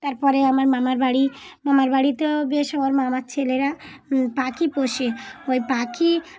তারপরে আমার মামার বাড়ি মামার বাড়িতেও বেশ আমার মামার ছেলেরা পাখি পোষে ওই পাখি